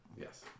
Yes